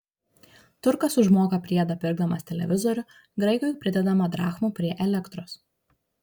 turkas užmoka priedą pirkdamas televizorių graikui pridedama drachmų prie elektros